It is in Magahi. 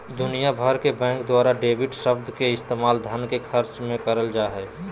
दुनिया भर के बैंक द्वारा डेबिट शब्द के इस्तेमाल धन के खर्च मे करल जा हय